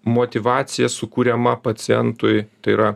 motyvacija sukuriama pacientui tai yra